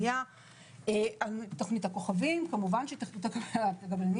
על תוכנית הכוכבים של התאחדות הקבלנים